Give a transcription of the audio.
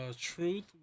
Truth